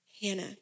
Hannah